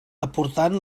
aportant